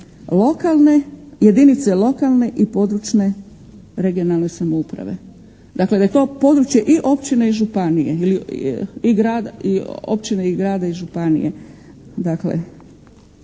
lokalne, jedinice lokalne i područne regionalne samouprave. Dakle, da je to područje i općine i županije